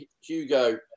Hugo